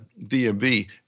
DMV